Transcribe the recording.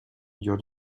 dur